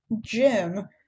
Jim